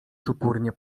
czupurnie